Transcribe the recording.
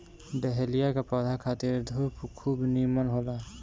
dahlia के पौधा खातिर धूप खूब निमन होला